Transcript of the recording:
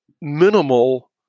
minimal